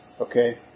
Okay